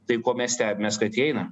tai ko mes stebimės kad jie eina